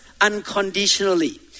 unconditionally